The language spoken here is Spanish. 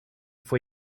fue